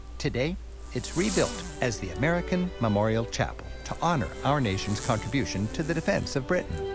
today it's rebuilt as the american memorial chapel to honor our nation's contribution to the defense of britain.